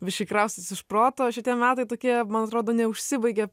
biški kraustais iš proto šitie metai tokie man atrodo neužsibaigia